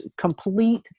complete